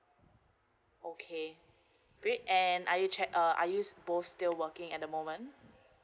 okay great and are you check uh are you both still working at the moment